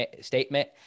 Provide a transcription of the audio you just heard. statement